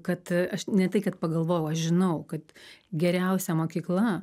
kad aš ne tai kad pagalvojau aš žinau kad geriausia mokykla